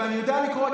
ואני יודע לקרוא,